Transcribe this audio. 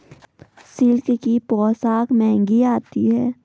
silk की पोशाक महंगी आती है